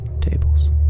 tables